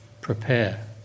prepare